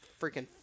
freaking